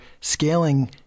scaling